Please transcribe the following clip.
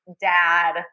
dad